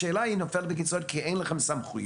השאלה היא אם היא נופלת בין הכיסאות כי אין לכם סמכויות,